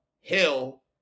Hill